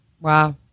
wow